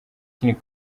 kinini